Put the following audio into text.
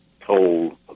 told